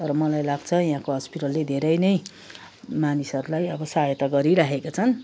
तर मलाई लाग्छ यहाँको हस्पिटलले धेरै नै मानिसहरूलाई अब सहायता गरिहेका छन्